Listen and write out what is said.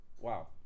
wow